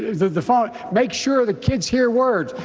the the phone. make sure the kids hear words.